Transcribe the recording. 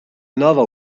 nova